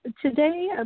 Today